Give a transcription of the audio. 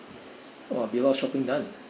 !wah! be a lot of shopping done